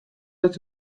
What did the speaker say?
dat